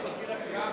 אני מכיר רק נקבה.